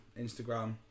Instagram